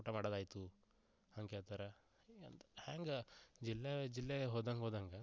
ಊಟ ಮಾಡೋದು ಆಯಿತು ಹಂಗೆ ಕೇಳ್ತಾರೆ ಹೆಂಗೆ ಜಿಲ್ಲೆ ಜಿಲ್ಲೆ ಹೋದಂಗೆ ಹೋದಂಗೆ